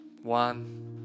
One